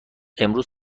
امروز